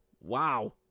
wow